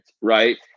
right